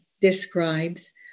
describes